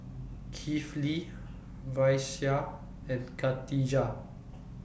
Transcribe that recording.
Kifli Raisya and Khatijah